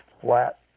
flat